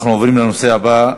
אנחנו עוברים לנושא הבא: